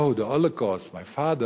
Oh, the Holocaust, my father,